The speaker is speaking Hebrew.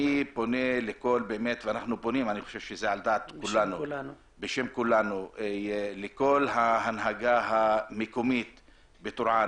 אני פונה בשם כולנו לכל ההנהגה המקומית בטורעאן.